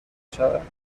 شود